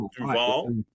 Duval